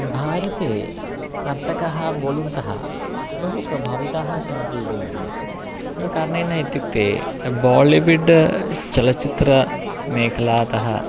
भारते नर्तकः बोलिवुड् तः बहु प्रभाविताः सन्ति इति मन्ये किं कारणेन इत्युक्ते बालिविड् चलच्चित्रमेखलातः